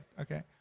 okay